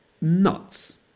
nuts